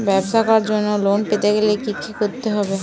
ব্যবসা করার জন্য লোন পেতে গেলে কি কি করতে হবে?